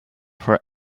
for